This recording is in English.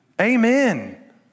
Amen